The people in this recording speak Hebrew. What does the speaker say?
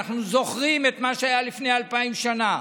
זוכרים את מה שהיה לפני אלפיים שנה,